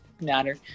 matter